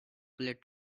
bullet